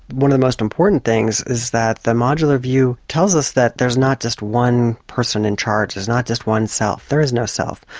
one of the most important things is that the modular view tells us that there's not just one person in charge, there's not just one self, there is no self,